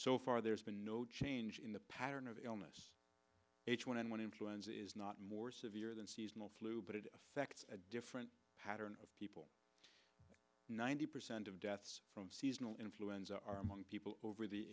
so far there's been no change in the pattern of illness h one n one influenza is not more severe than seasonal flu but it affects a different pattern of people ninety percent of deaths from seasonal influenza are among people over the